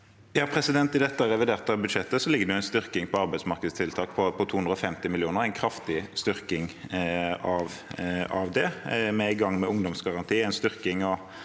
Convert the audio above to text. I dette reviderte bud- sjettet ligger det en styrking av arbeidsmarkedstiltak med 250 mill. kr – en kraftig styrking av det. Vi er i gang med en ungdomsgaranti,